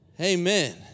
amen